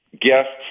guests